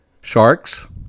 sharks